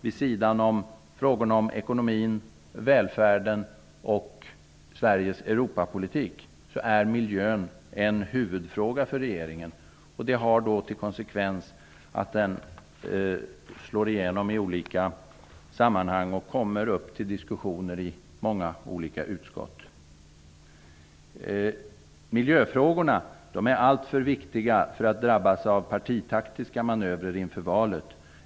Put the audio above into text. Vid sidan av frågorna om ekonomin, välfärden och Sveriges Europapolitik är miljön alltså en huvudfråga för regeringen. Detta har till konsekvens att den slår igenom i olika sammanhang och kommer upp till diskussion i många olika utskott. Miljöfrågorna är alltför viktiga för att drabbas av partitaktiska manövrer inför valet.